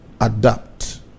adapt